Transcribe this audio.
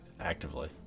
actively